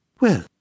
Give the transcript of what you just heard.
Well